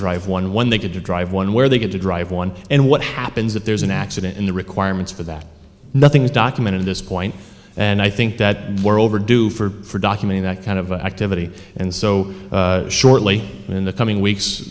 drive one when they get to drive one where they get to drive one and what happens if there's an accident in the requirements for that nothing's documented this point and i think that we're overdue for documenting that kind of activity and so shortly in the coming weeks